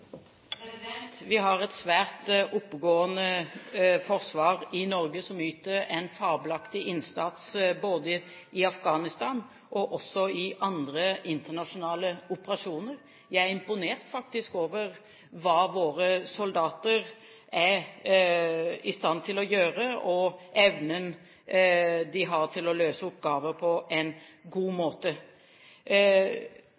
Vi har et svært oppegående forsvar i Norge, som yter en fabelaktig innsats både i Afghanistan og også i andre internasjonale operasjoner. Jeg er imponert over hva våre soldater er i stand til å gjøre, og evnen de har til å løse oppgaver på en god